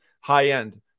high-end